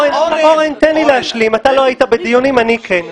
אתה לא היית בדיונים אני כן.